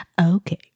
Okay